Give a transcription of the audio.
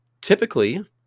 typically